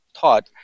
thought